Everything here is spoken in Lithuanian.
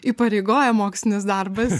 įpareigoja mokslinis darbas